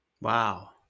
Wow